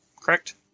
correct